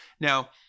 Now